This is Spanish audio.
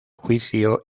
juicio